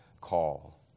call